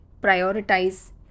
prioritize